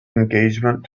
engagement